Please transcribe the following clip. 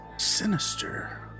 Sinister